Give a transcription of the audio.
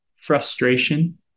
frustration